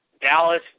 Dallas